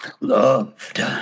loved